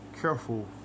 careful